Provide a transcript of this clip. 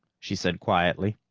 she said quietly.